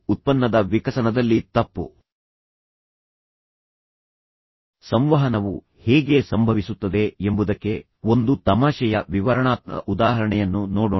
ಉತ್ಪನ್ನದ ವಿಕಸನದಲ್ಲಿ ತಪ್ಪು ಸಂವಹನವು ಹೇಗೆ ಸಂಭವಿಸುತ್ತದೆ ಎಂಬುದಕ್ಕೆ ಒಂದು ತಮಾಷೆಯ ವಿವರಣಾತ್ಮಕ ಉದಾಹರಣೆಯನ್ನು ನೋಡೋಣ